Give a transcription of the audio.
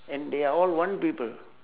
and they are all one people